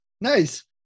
Nice